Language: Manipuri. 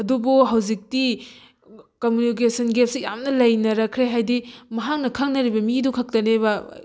ꯑꯗꯨꯕꯨ ꯍꯧꯖꯤꯛꯇꯤ ꯀꯃꯨꯅꯤꯀꯦꯁꯟ ꯒꯦꯞꯁꯦ ꯌꯥꯝꯅ ꯂꯩꯅꯔꯛꯅꯈ꯭ꯔꯦ ꯍꯥꯏꯗꯤ ꯃꯍꯥꯛꯅ ꯈꯪꯅꯔꯤꯕ ꯃꯤꯗꯨ ꯈꯛꯇꯅꯦꯕ